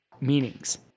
Meanings